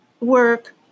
work